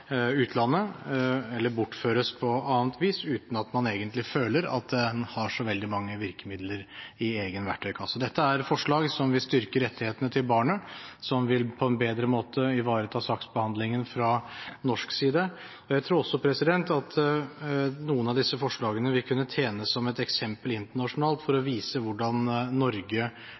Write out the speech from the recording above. utlandet eller bortføres på annet vis uten at en føler at en har så veldig mange virkemidler i egen verktøykasse. Dette er et forslag som vil styrke rettighetene til barnet, og som på en bedre måte vil ivareta saksbehandlingen fra norsk side. Jeg tror også at noen av disse forslagene vil kunne tjene som eksempel internasjonalt for å